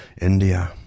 India